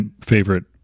favorite